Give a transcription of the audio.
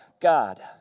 God